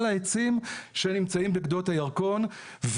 על העצים שנמצאים בגדות הירקון.